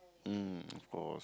mm of course